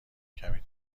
کمی